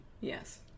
yes